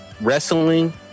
wrestling